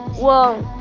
well,